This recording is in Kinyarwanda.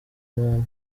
umuntu